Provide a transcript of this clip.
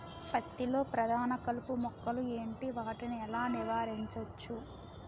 పత్తి లో ప్రధాన కలుపు మొక్కలు ఎంటి? వాటిని ఎలా నీవారించచ్చు?